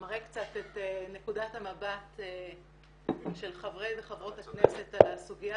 מראה קצת את נקודת המבט של חברי וחברות הכנסת על הסוגיה